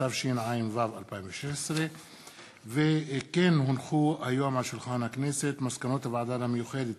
התשע"ו 2016. מסקנות הוועדה המיוחדת